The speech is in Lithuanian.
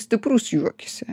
stiprus jų akyse